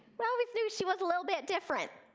we always knew she was a little bit different.